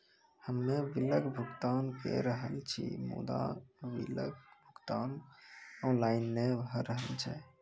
हम्मे बिलक भुगतान के रहल छी मुदा, बिलक भुगतान ऑनलाइन नै भऽ रहल छै?